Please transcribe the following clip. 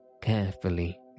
carefully